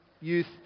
youth